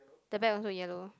the back also yellow